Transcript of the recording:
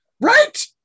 Right